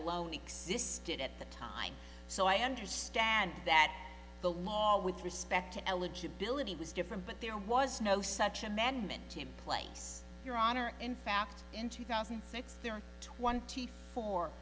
alone existed at the time so i understand that the law with respect to eligibility was different but there was no such amendment to place your honor in fact in two thousand and six there are twenty four